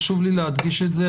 חשוב לי להדגיש את זה.